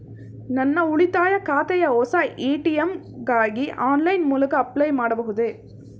ನನ್ನ ಉಳಿತಾಯ ಖಾತೆಯ ಹೊಸ ಎ.ಟಿ.ಎಂ ಗಾಗಿ ಆನ್ಲೈನ್ ಮೂಲಕ ಅಪ್ಲೈ ಮಾಡಬಹುದೇ?